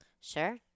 Sure